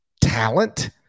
talent